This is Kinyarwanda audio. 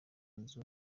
nzu